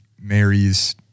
Mary's